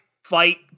fight